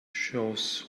shows